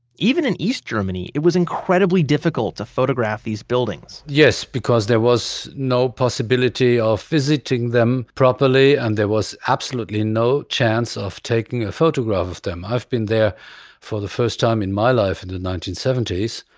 even in east germany, it was incredibly difficult to photograph these buildings yes, because there was no possibility of visiting them properly, and there was absolutely no chance of taking a photograph of them. i've been there for the first time in my life and in the nineteen seventy s,